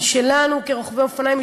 היא שלנו כרוכבי אופניים,